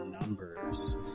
numbers